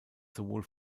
sowohl